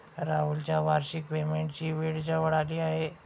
राहुलच्या वार्षिक पेमेंटची वेळ जवळ आली आहे